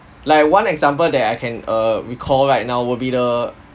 like one example that I can err recall right now will be the